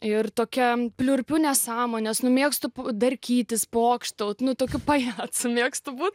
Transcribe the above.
ir tokia pliurpiu nesąmones nu mėgstu pu darkytis pokštaut nu tokiu pajacu mėgstu būt